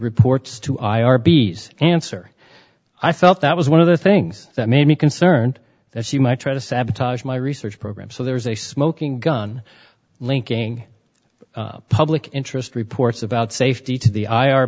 reports to i r b's answer i felt that was one of the things that made me concerned that she might try to sabotage my research program so there was a smoking gun linking public interest reports about safety to the i